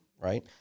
right